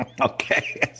Okay